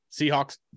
Seahawks